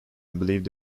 believed